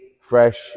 fresh